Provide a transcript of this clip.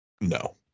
No